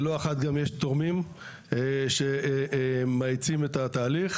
לא אחת גם יש תורמים שמאיצים את התהליך.